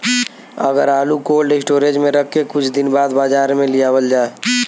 अगर आलू cold storage में रख के कुछ दिन बाद बाजार में लियावल जा?